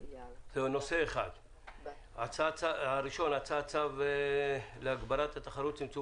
הנושא הראשון הוא הצעת צו להגברת התחרות ולצמצום